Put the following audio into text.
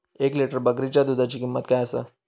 एक लिटर बकरीच्या दुधाची किंमत काय आसा?